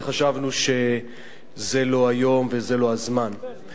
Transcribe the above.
וחשבנו שזה לא היום וזה לא הזמן.